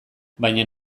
baina